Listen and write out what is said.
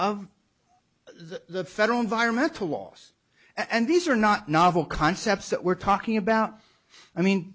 of the federal environmental laws and these are not novel concepts that we're talking about i mean